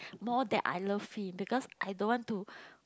more than I love him because I don't want to